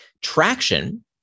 Traction